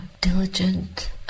diligent